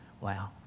Wow